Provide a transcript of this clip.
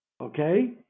Okay